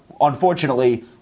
unfortunately